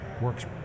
works